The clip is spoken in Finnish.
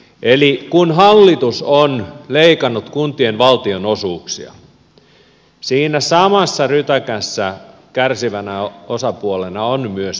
eli kun hallitus on leikannut kuntien valtionosuuksia siinä samassa rytäkässä kärsivänä osapuolena on myös pelastustoimi